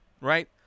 right